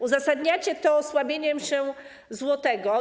Uzasadniacie to osłabieniem się złotego.